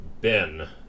Ben